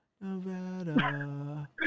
Nevada